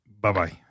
Bye-bye